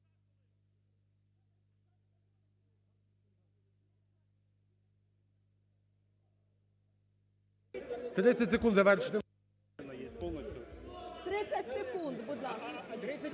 30 секунд, будь ласка.